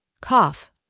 cough